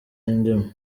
n’indimi